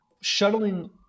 shuttling